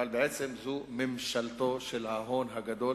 אבל בעצם זו ממשלתו של ההון הגדול,